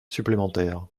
supplémentaire